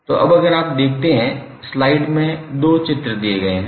तो अब अगर आप देखते हैं स्लाइड में दो चित्र दिए गए हैं